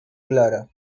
clara